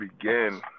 begin